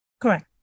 Correct